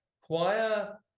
choir